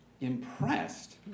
impressed